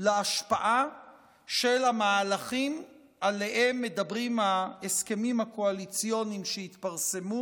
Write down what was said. להשפעה של המהלכים שעליהם מדברים ההסכמים הקואליציוניים שהתפרסמו